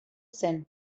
zen